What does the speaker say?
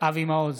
אבי מעוז,